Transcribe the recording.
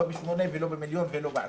לא ב-8 ולא במיליון ולא ב-10.